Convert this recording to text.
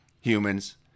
humans